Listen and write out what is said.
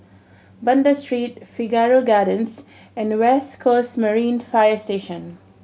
Banda Street Figaro Gardens and West Coast Marine Fire Station